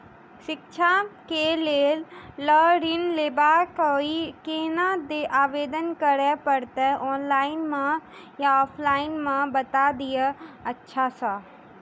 शिक्षा केँ लेल लऽ ऋण लेबाक अई केना आवेदन करै पड़तै ऑनलाइन मे या ऑफलाइन मे बता दिय अच्छा सऽ?